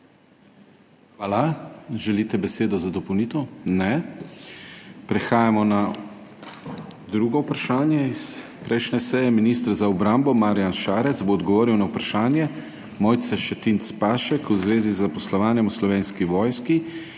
Hvala. Želite besedo za dopolnitev? Ne. Prehajamo na drugo vprašanje iz prejšnje seje. Minister za obrambo Marjan Šarec bo odgovoril na vprašanje Mojce Šetinc Pašek v zvezi z zaposlovanjem v Slovenski vojski